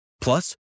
Plus